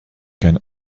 can